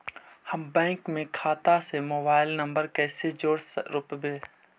हम बैंक में खाता से मोबाईल नंबर कैसे जोड़ रोपबै?